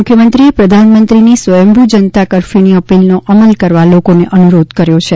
મુખ્યમંત્રીએ પ્રધાનમંત્રીની સ્વયંભૂ જનતા કરફ્યૂની અપીલનો અમલ કરવા લોકોને અનુરોધ કર્યો છે